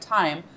time